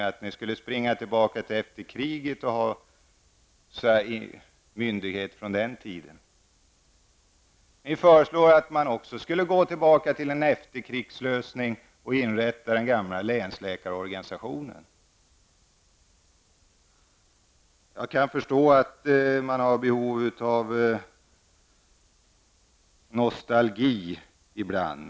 Ändå vill ni återgå till förhållanden som rådde efter kriget och återinföra en myndighet från den tiden. Vidare föreslår ni att vi, i enlighet med en efterkrigslösning, skall återinrätta länsläkarorganisationen. Jag kan förstå att det ibland är nödvändigt med nostalgi.